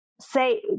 say